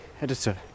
editor